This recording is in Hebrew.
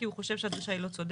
כי הוא חושב שהדרישה היא לא צודקת.